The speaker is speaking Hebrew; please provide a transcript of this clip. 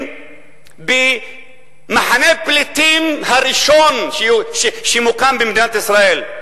במחנה הפליטים הראשון שמוקם במדינת ישראל,